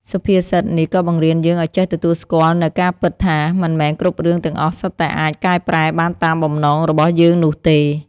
សុភាសិតនេះក៏បង្រៀនយើងឱ្យចេះទទួលស្គាល់នូវការពិតថា មិនមែនគ្រប់រឿងទាំងអស់សុទ្ធតែអាចកែប្រែបានតាមបំណងរបស់យើងនោះទេ។